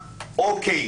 אוקיי,